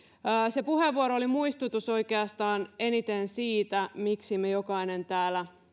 se puheenvuoro oli muistutus oikeastaan eniten siitä miksi me jokainen täällä